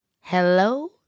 Hello